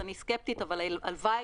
אני סקפטית אבל הלוואי.